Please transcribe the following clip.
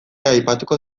aipatuko